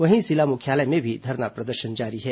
वहीं जिला मुख्यालय में भी धरना प्रदर्शन जारी है